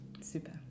super